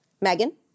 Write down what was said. Megan